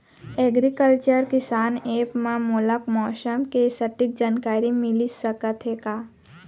Agriculture Kisan app मा मोला मौसम के सटीक जानकारी मिलिस सकत हे का?